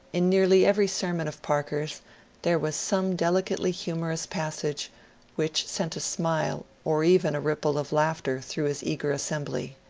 in nearly every sermon of parker's there was some deli cately humourous passage which sent a smile or even a ripple of laughter through his eager assembly,